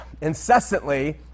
incessantly